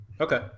Okay